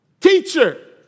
Teacher